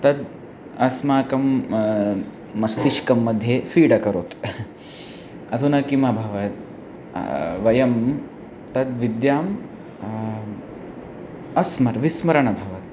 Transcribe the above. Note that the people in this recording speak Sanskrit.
तद् अस्माकं मस्तिष्कं मध्ये फ़ीड् अकरोत् अधुना किम् अभवत् वयं तद् विद्याम् अस्मत् विस्मरणम् अभवत्